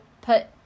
put